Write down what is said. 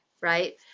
right